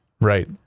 right